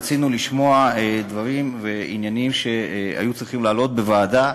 רצינו לשמוע דברים ועניינים שהיו צריכים לעלות בוועדה,